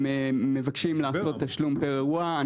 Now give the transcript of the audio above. הם מבקשים לעשות תשלום פר אירוע.